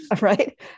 Right